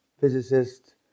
physicist